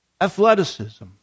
athleticism